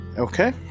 Okay